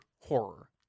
horror